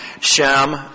Shem